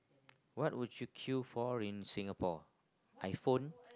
what would you queue for in Singapore iPhone